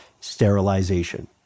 sterilization